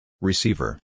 Receiver